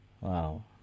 Wow